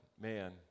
man